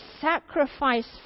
sacrifice